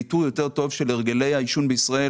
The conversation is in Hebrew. מיפוי יותר טוב של הרגלי העישון בישראל